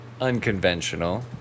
unconventional